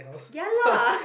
ya lah